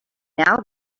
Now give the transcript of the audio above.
now